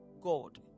God